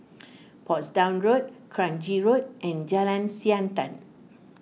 Portsdown Road Kranji Road and Jalan Siantan